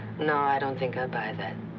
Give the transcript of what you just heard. no, i don't think i'll buy that.